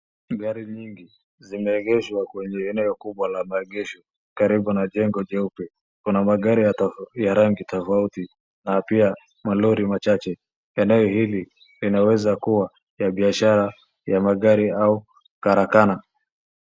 Gari mingi zimeegeshwa kwenye eneo kubwa ya maengesho karibu na jengo jeupe na magari rangi tofauti na pia malori machache. Eneo hili linaweza kuwa ya biashara ya magari au talakana.